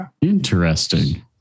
Interesting